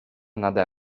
nade